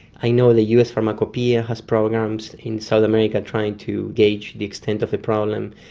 i know the us pharmacopeia has programs in south america trying to gauge the extent of the problem.